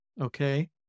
Okay